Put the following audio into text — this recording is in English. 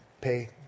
pay